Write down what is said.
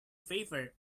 favor